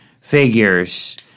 figures